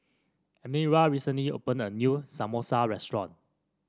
Elmyra recently opened a new Samosa restaurant